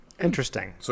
Interesting